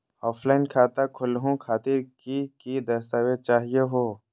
Offline खाता खोलहु खातिर की की दस्तावेज चाहीयो हो?